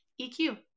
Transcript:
EQ